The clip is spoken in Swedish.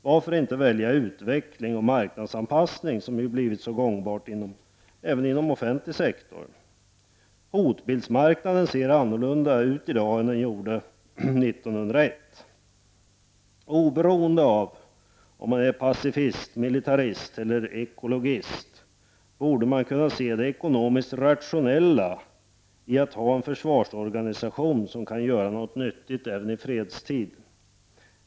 Varför inte välja utveckling och marknadsanpassning, som ju blivit så gångbart även inom den offentliga sektorn? Hotbildsmarknaden ser inte ut som den gjorde 1901. Oberoende av om man är pacifist, militarist eller ekologist borde man kunna se det ekonomiskt rationella med att ha en försvarsorganisation som kan göra något nyttigt även i fredstid.